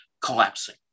collapsing